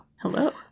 Hello